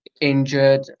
injured